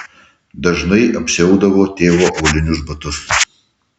dažnai apsiaudavo tėvo aulinius batus